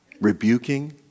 rebuking